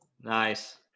Nice